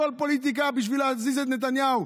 הכול פוליטיקה, בשביל להזיז את נתניהו,